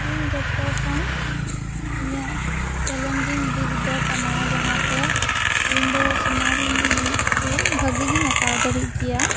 ᱤᱧ ᱡᱚᱛᱚ ᱠᱷᱚᱱ ᱤᱧᱟᱹᱜ ᱪᱮᱞᱮᱧᱡᱤᱝ ᱫᱤᱠ ᱫᱚ ᱠᱟᱱᱟ ᱡᱟᱦᱟᱸ ᱛᱮ ᱤᱧ ᱫᱚ ᱥᱤᱱᱟᱨᱤ ᱠᱚ ᱵᱷᱟᱹᱜᱤᱜᱤᱧ ᱟᱠᱟᱣ ᱫᱟᱲᱮᱜ ᱜᱮᱭᱟ